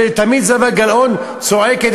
ותמיד זהבה גלאון צועקת,